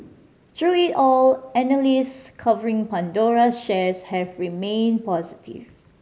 through it all analysts covering Pandora's shares have remained positive